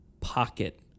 pocket